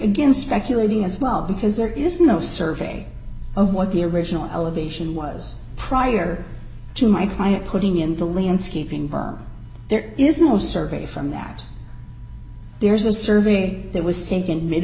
given speculating as well because there is no survey of what the original allegation was prior to my client putting in the landscaping but there is no survey from that there's a survey that was taken mid